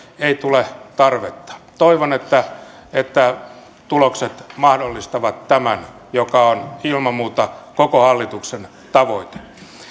ei tule tarvetta toivon että että tulokset mahdollistavat tämän joka on ilman muuta koko hallituksen tavoite